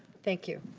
thank you.